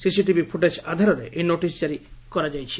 CCTV footage ଆଧାରରେ ଏହି notice ଜାରି କରାଯାଇଥିଲା